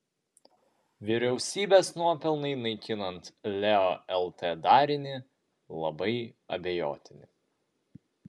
vyriausybės nuopelnai naikinant leo lt darinį labai abejotini